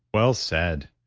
well said,